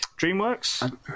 DreamWorks